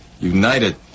united